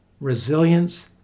resilience